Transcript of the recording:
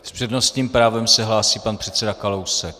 S přednostním právem se hlásí pan předseda Kalousek.